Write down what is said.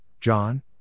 John